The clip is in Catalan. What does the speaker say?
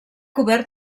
cobert